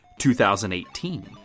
2018